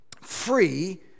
free